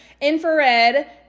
infrared